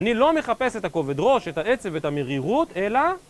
אני לא מחפש את הכובד ראש, את העצב ואת המרירות, אלא...